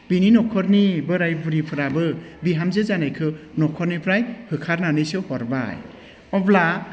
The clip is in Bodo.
बिनि न'खरनि बोराय बुरैफोराबो बिहामजो जानायखौ न'खरनिफ्राय होखारनानैसो हरबाय अब्ला